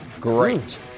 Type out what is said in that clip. Great